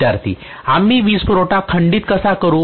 विद्यार्थीः आम्ही वीजपुरवठा खंडित कसा करू